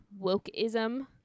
wokeism